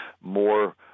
more